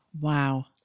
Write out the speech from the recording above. Wow